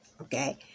okay